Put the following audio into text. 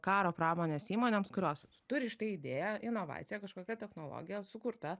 karo pramonės įmonėms kurios turi štai idėją inovaciją kažkokia technologija sukurta